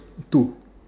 two